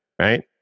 right